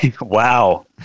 wow